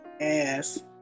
Yes